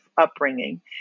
upbringing